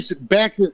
back